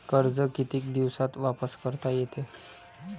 कर्ज कितीक दिवसात वापस करता येते?